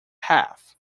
half